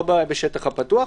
לא בשטח הפתוח.